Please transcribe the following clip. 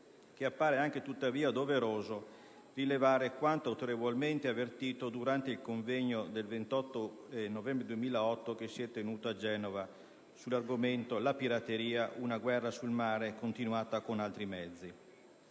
appare tuttavia doveroso rilevare quanto autorevolmente avvertito durante il convegno del 28 novembre 2008 tenutosi a Genova sull'argomento «La pirateria: una guerra sul mare continuata con altri mezzi»,